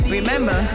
Remember